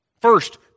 First